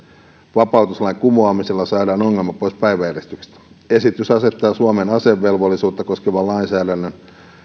vapautuslain kumoamisella saadaan ongelma pois päiväjärjestyksestä esitys asettaa suomen asevelvollisuutta koskevan lainsäädännön